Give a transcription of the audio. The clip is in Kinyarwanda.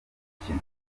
umukino